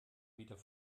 wieder